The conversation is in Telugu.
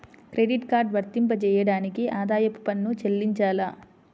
క్రెడిట్ కార్డ్ వర్తింపజేయడానికి ఆదాయపు పన్ను చెల్లించాలా?